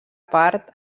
part